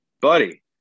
buddy